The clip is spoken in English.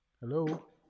hello